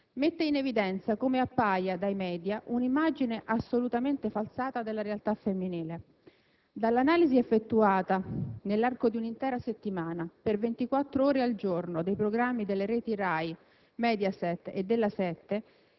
mette in evidenza come appaia dai *media* un'immagine assolutamente falsata della realtà femminile. Dall'analisi effettuata nell'arco di un'intera settimana per 24 ore al giorno dei programmi delle reti RAI, MEDIASET e La7